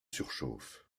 surchauffe